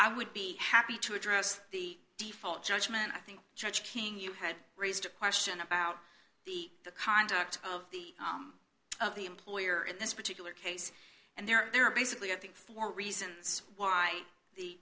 i would be happy to address the default judgment i think judge king you had raised a question about the the conduct of the of the employer in this particular case and there are basically i think four reasons why the